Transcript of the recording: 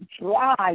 drive